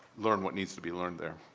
learn what needs to be learned there.